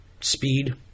speed